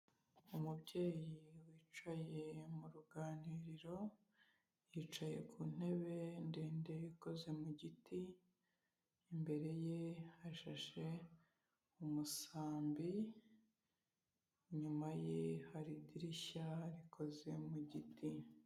Umubyeyi wicaye mu ruganiriro, yicaye ku ntebe ndende ikoze mu giti, imbere ye hashashe umusambi, inyuma ye hari idirishya rikoze mu giti.